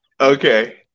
Okay